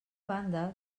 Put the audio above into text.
banda